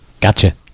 Gotcha